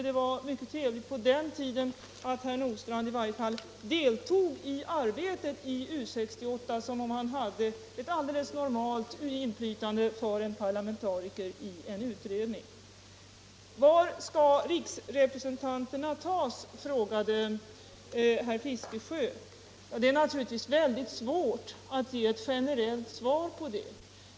Det var mycket trevligt att se hur herr Nordstrandh på den tiden deltog i arbetet i U 68 som om han hade ett alldeles normalt inflytande såsom parlamentariker i en utredning. Var skall riksrepresentanterna tas? frågade herr Fiskesjö. Det är naturligtvis väldigt svårt att ge ett generellt svar.